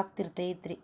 ಆಗ್ತಿರ್ತೇತಿ